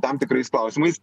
tam tikrais klausimais